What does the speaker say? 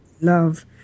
love